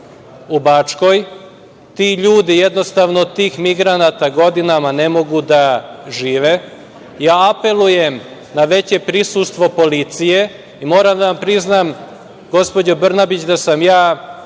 u Bačkoj? Ti ljudi jednostavno od tih migranata, godinama ne mogu da žive. Ja apelujem na veće prisustvo policije i moram da vam priznam gospođo Brnabić, da sam ja